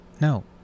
No